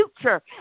future